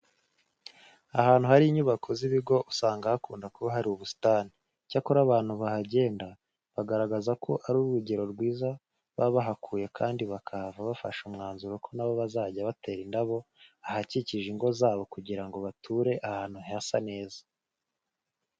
Ahantu hari inyubako z'ibigo usanga hakunda kuba hari n'ubusitani. Icyakora, abantu bahagenda bagaragaza ko ari urugero rwiza baba bahakuye kandi bahava bafashe umwanzuro ko na bo bazajya batera indabo ahakikije ingo zabo kugira ngo bature ahantu hasa neza.